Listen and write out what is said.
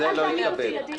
אל תעמיד אותי לדין.